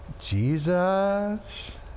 Jesus